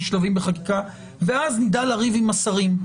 וחצי שלבים בחקיקה ואז נדע לריב עם השרים.